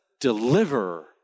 deliver